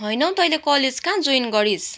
होइन हौ तैँले कलेज कहाँ जोइन गरिस्